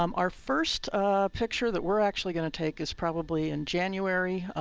um our first picture that we're actually going to take is probably in january.